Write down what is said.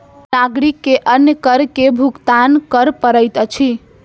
नागरिक के अन्य कर के भुगतान कर पड़ैत अछि